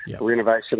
renovation